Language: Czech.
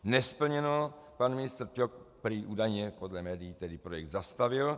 Nesplněno, pan ministr Ťok prý údajně podlé médií projekt zastavil.